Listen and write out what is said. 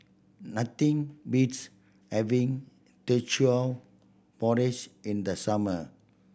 nothing beats having Teochew Porridge in the summer